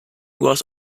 was